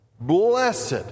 blessed